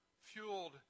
fueled